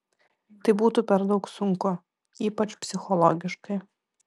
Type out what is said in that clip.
tai būtų per daug sunku ypač psichologiškai